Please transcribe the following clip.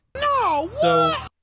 No